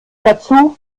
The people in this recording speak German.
dazu